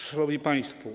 Szanowni Państwo!